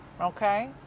Okay